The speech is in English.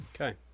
Okay